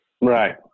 Right